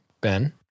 Ben